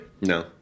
No